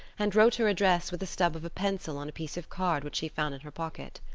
and wrote her address with the stub of a pencil on a piece of card which she found in her pocket.